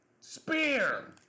Spear